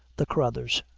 the crathurs.